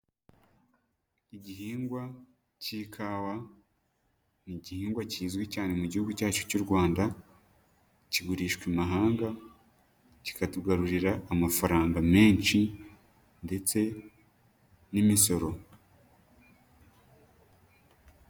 Igihingwa cy'ikawa ni igihingwa kizwi cyane mu gihugu cyacu cy'uRwanda, kigurishwa i mahanga kikatugarurira amafaranga menshi ndetse n'imisoro.